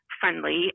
friendly